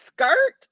skirt